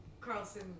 Carlson